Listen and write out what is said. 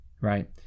right